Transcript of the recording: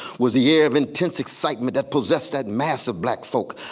was the air of intense excitement that possessed that massive black fold,